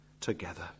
together